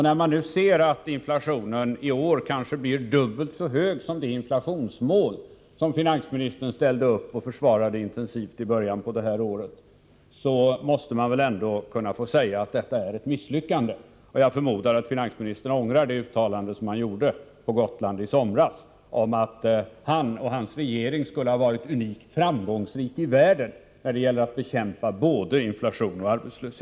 När man nu ser att inflationen i år kan bli dubbelt så hög som det inflationsmål som finansministern ställde upp och som han försvarade intensivt i början av det här året, då måste man väl ändå kunna få säga att detta är ett misslyckande. Jag förmodar att finansministern ångrar det uttalande han gjorde på Gotland i somras om att han och hans regering skulle ha varit framgångsrika på ett sätt som var unikt i världen när det gäller att bekämpa både inflation och arbetslöshet.